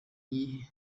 iyihe